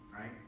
Right